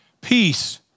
Peace